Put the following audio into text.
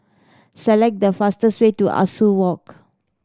select the fastest way to Ah Soo Walk